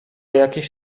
jakieś